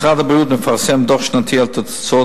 משרד הבריאות מפרסם דוח שנתי על תוצאות